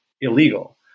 illegal